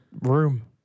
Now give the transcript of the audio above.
room